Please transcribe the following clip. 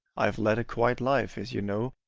i have led a quiet life, as you know,